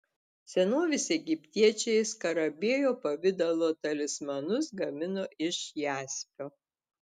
senovės egiptiečiai skarabėjo pavidalo talismanus gamino iš jaspio